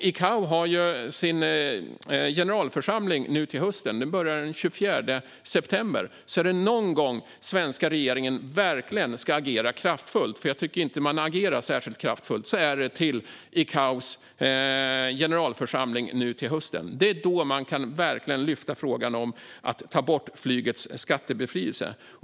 ICAO har sin generalförsamling nu till hösten. Den börjar den 24 september. Är det någon gång den svenska regeringen verkligen ska agera kraftfullt - för jag tycker inte att man agerar särskilt kraftfullt - är det till ICAO:s generalförsamling i höst. Det är då man verkligen kan lyfta frågan om att ta bort flygets skattebefrielse.